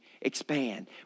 expand